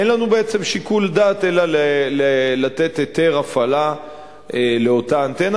אין לנו בעצם שיקול דעת אלא לתת היתר הפעלה לאותה אנטנה,